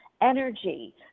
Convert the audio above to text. energy